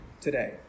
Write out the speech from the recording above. today